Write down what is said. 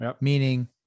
meaning